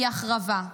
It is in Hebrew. היא החרבה,